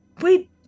wait